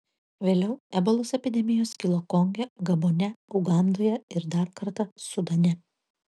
vėliau ebolos epidemijos kilo konge gabone ugandoje ir dar kartą sudane